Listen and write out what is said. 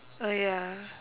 uh ya